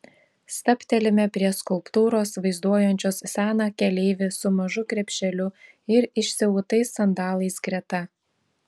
stabtelime prie skulptūros vaizduojančios seną keleivį su mažu krepšeliu ir išsiautais sandalais greta